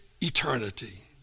eternity